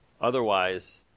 Otherwise